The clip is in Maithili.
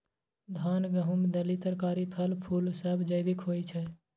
धान, गहूम, दालि, तरकारी, फल, फुल सब जैविक होई छै